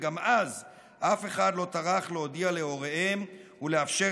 וגם אז לא טרחו להודיע להוריהם ולאפשר